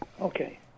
Okay